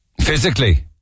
Physically